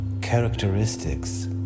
characteristics